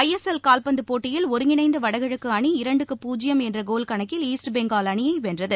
ISL கால்பந்து போட்டியில் ஒருங்கிணைந்த வடகிழக்கு அணி இரண்டு பூஜ்யம் என்ற கோல் கணக்கில் ஈஸ்ட் பெங்கால் அணியை வென்றது